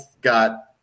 got